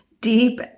deep